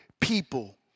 people